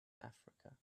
africa